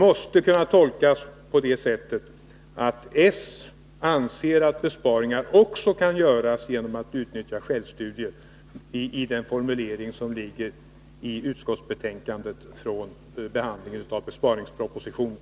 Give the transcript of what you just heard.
Formuleringen i utskottsbetänkandet om besparingspropositionen måste kunna tolkas så att socialdemokraterna anser att besparingar också kan göras genom att man utnyttjar självstudier.